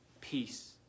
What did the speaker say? peace